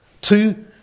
Two